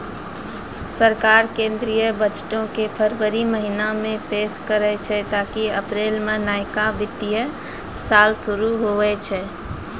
सरकार केंद्रीय बजटो के फरवरी महीना मे पेश करै छै ताकि अप्रैल मे नयका वित्तीय साल शुरू हुये पाड़ै